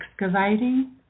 excavating